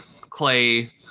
Clay